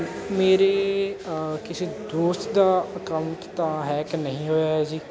ਮੇਰੇ ਕਿਸੇ ਦੋਸਤ ਦਾ ਅਕਾਊਂਟ ਤਾਂ ਹੈਕ ਨਹੀਂ ਹੋਇਆ ਹੈ ਜੀ